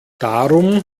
darum